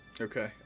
Okay